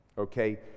okay